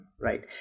right